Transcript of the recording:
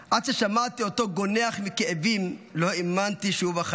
"עד ששמעתי אותו גונח מכאבים לא האמנתי שהוא בחיים.